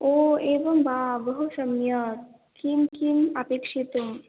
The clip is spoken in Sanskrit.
ओ एवं वा बहुसम्यक् किं किम् अपेक्षितम्